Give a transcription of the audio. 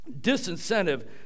disincentive